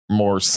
more